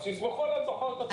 אז תסמכו על דוחות השומה.